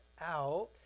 out